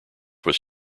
was